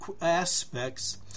aspects